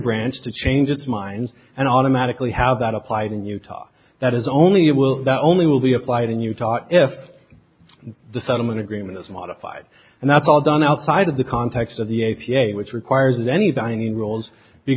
branch to change its mind and automatically have that applied in utah that is only it will that only will be applied in utah if the settlement agreement is modified and that's all done outside of the context of the a p a which requires any binding roles be